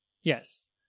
yes